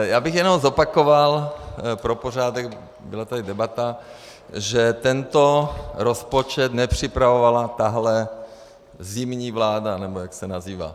Já bych jenom zopakoval pro pořádek, byla tady debata, že tento rozpočet nepřipravovala tahle zimní vláda, nebo jak se nazývá.